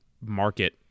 market